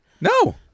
No